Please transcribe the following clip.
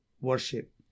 worship